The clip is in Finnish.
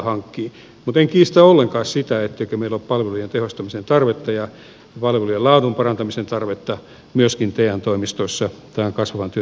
mutta en kiistä ollenkaan sitä etteikö meillä ole palvelujen tehostamisen tarvetta ja palvelujen laadun parantamisen tarvetta myöskin te toimistoissa tämän kasvavan työttömyyden keskellä